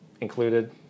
included